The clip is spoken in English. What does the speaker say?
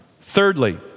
Thirdly